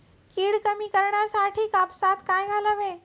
कीड कमी करण्यासाठी कापसात काय घालावे?